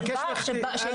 השקעה בת קיימא, שאפשר לקיים.